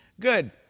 Good